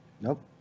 Nope